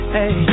Hey